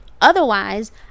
Otherwise